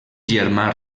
germà